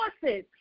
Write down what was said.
forces